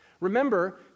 Remember